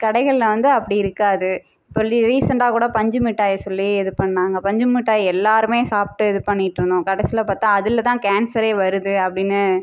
கடைகள்ல வந்து அப்படி இருக்காது இப்போ லி ரீசெண்ட்டாக்கூட பஞ்சு மிட்டாயை சொல்லி இது பண்ணாங்கள் பஞ்சு மிட்டாய் எல்லாருமே சாப்பிட்டு இது பண்ணிட்டிருந்தோம் கடைசியில பார்த்தா அதில் தான் கேன்சரே வருது அப்படின்னு